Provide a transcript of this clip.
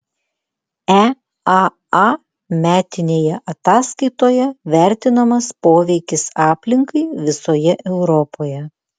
eaa metinėje ataskaitoje vertinamas poveikis aplinkai visoje europoje